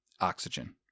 oxygen